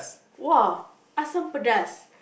!wah! asam-pedas